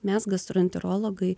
mes gastroenterologai